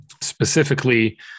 specifically